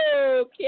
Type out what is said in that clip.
Okay